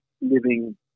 living